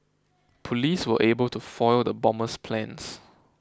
police were able to foil the bomber's plans